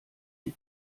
die